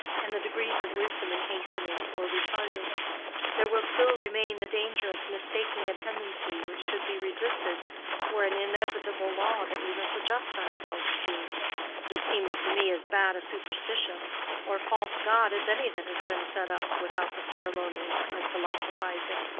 and the degrees of wisdom in hastening or retarding there will still remain the danger of mistaking a tendency which should be resisted for an inevitable law that we must adjust ourselves to which seems to me as bad a superstition or false god as any that has been set up without the ceremonies of philosophizing.